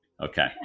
Okay